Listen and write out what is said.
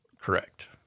Correct